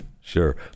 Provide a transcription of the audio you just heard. sure